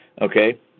Okay